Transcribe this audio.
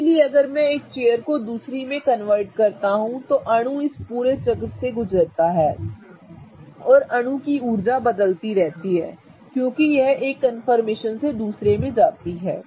इसलिए अगर मैं एक चेयर को दूसरी में इंटरकन्वर्ट करता हूं तो अणु इस पूरे चक्र से गुजरता है और अणु की ऊर्जा बदलती रहती है क्योंकि यह एक कन्फर्मेशन से दूसरे में जाती है